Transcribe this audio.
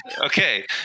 Okay